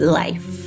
life